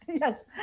Yes